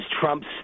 Trump's